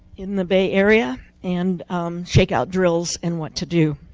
in the bay area and shakeout drills and what to do.